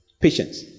patience